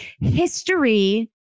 History